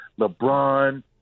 LeBron